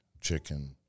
chicken –